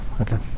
okay